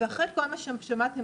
אחרי כל מה שכבר שמעתם,